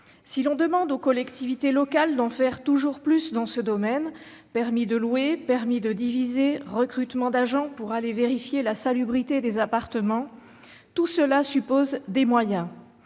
Si l'on demande aux collectivités locales d'en faire toujours plus dans ce domaine- permis de louer, permis de diviser, recrutement d'agents pour aller vérifier la salubrité des appartements, etc. -, tout cela suppose des moyens